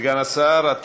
סגן השר, סגן השר.